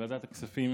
בוועדת הכספים